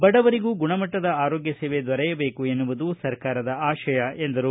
ಬಡವರಿಗೂ ಗುಣಮಟ್ಟದ ಆರೋಗ್ಯ ಸೇವೆ ದೊರೆಯಬೇಕು ಎನ್ನುವುದು ಸರ್ಕಾರದ ಆಶಯ ಎಂದರು